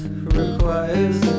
requires